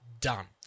done